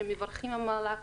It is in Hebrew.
שהם מברכים על המהלך,